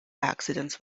accidents